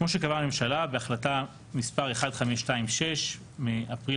כמו שקבעה הממשלה בהחלטה מס' 1526 מאפריל